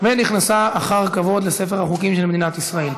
ונכנס אחר כבוד לספר החוקים של מדינת ישראל.